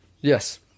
Yes